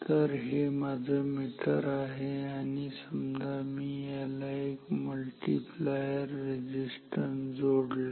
तर हे माझं मीटर आहे आणि समजा मी याला एक मल्टिप्लायर रेझिस्टन्स जोडला